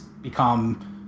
become